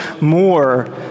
more